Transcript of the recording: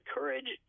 Courage